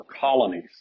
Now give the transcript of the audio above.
colonies